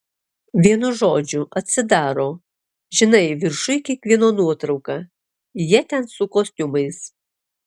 vienu žodžiu atsidaro žinai viršuj kiekvieno nuotrauka jie ten su kostiumais